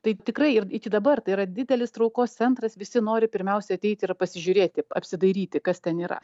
taip tikrai ir iki dabar tai yra didelis traukos centras visi nori pirmiausia ateiti ir pasižiūrėti apsidairyti kas ten yra